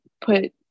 put